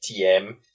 TM